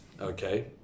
Okay